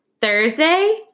Thursday